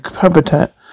habitat